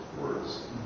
words